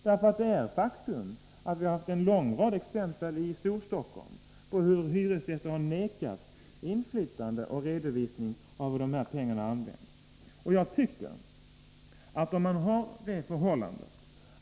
Det är ett faktum — vi har haft en lång rad exempel på det i Storstockholm — hur hyresgäster har nekats inflytande och redovisning av hur dessa pengar har använts.